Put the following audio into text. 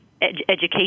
education